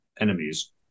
enemies